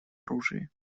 оружии